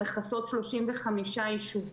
מכסות 35 יישובים.